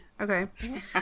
Okay